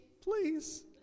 please